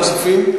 לוועדת הכספים?